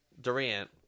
Durant